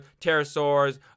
pterosaurs